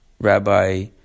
Rabbi